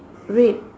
red